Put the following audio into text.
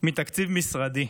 מתקציב משרדי".